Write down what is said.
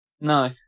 No